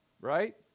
Right